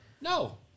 No